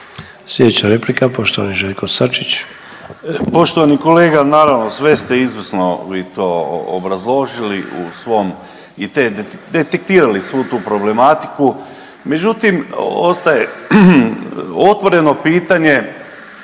**Sačić, Željko (Hrvatski suverenisti)** Poštovani kolega, sve ste izvrsno vi to obrazložili, u svom i te, detektirali svu tu problematiku. Međutim, ostaje otvoreno pitanje